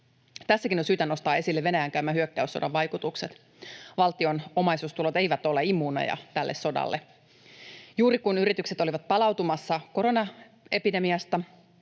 Tässäkin on syytä nostaa esille Venäjän käymän hyökkäyssodan vaikutukset. Valtion omaisuustulot eivät ole immuuneja tälle sodalle. Juuri kun yritykset olivat palautumassa koronaepidemiasta,